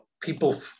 people